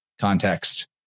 context